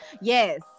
yes